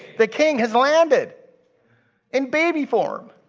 the king has landed in baby form.